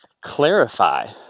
clarify